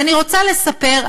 ואני רוצה לספר,